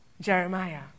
Jeremiah